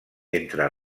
entre